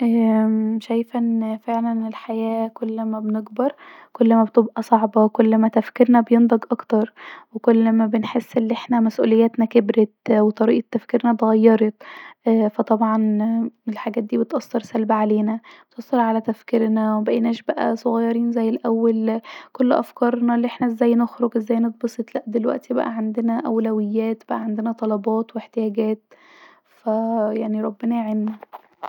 شايفه أن فعلا الحياه كل مابنكبر ما ما بتبقي صعبه وكل ما تفكيرنا بيكبر اكتر وكل ما بنحس أن احنا مسؤلياتتا كبرت وطريقه تفكيرها اتغيرت ف طبعا الحاجات دي بتأثر سلب علينا وبتاثر علي تفكيرنا مابقيناش بقي صغيرين زي الاول مل أفكارنا أن احنا ازاي نخرج واي نتبسط لا بقينا دلوقتي عندنا أوليات بقي عندنا طلبات واحتياجات ف ربنا يعينا